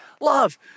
love